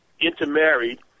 intermarried